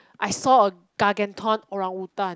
I saw a gargantuan orangutan